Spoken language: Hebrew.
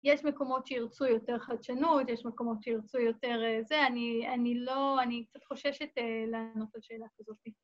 ‫יש מקומות שירצו יותר חדשנות, ‫יש מקומות שירצו יותר זה. ‫אני לא... אני קצת חוששת ‫לענות על שאלה כזאת.